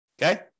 Okay